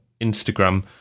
Instagram